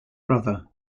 brother